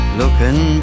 looking